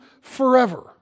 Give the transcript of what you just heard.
forever